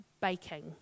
baking